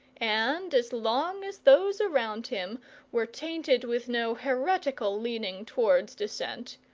and as long as those around him were tainted with no heretical leaning towards dissent,